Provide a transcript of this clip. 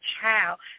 child